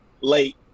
late